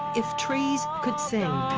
if trees could sing.